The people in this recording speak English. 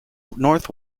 north